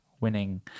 winning